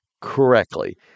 correctly